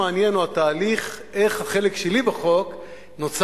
מה שמעניין הוא התהליך, איך החלק שלי בחוק נוצר.